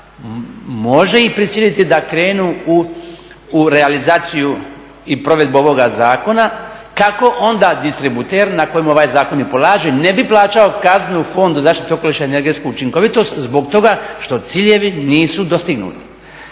može ih prisiliti da krenu u realizaciju i provedbu ovoga zakona kako onda distributer na kojem ovaj zakon i polaže ne bi plaćao kaznu Fondu za zaštitu okoliša i energetsku učinkovitost zbog toga što ciljevi nisu dostignuti.